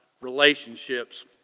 relationships